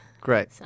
Great